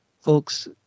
folks